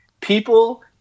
people